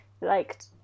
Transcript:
liked